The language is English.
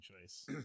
choice